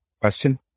Question